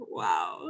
wow